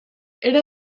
era